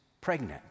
pregnant